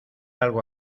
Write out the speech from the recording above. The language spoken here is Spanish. algo